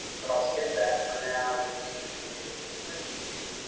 but i'll skip that for now just do the interesting issue. see,